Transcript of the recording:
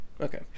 okay